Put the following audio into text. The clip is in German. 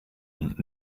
und